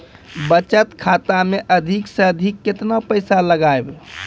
बचत खाता मे अधिक से अधिक केतना पैसा लगाय ब?